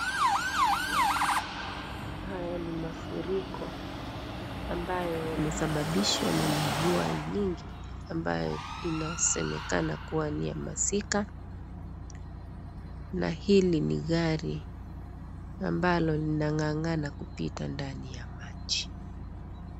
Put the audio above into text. Haya ni mafuriko ambayo yamesababishwa na mvua nyingi ambayo inasemekana kuwa ni ya masika, na hili ni gari ambalo linang'ang'ana kupita ndani ya maji.